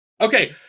Okay